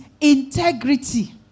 integrity